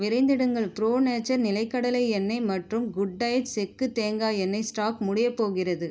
விரைந்திடுங்கள் pro nature நிலக்கடலை எண்ணெய் மற்றும் குட் டயட் செக்குத் தேங்காய் எண்ணெய் ஸ்டாக் முடியப் போகிறது